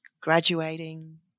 graduating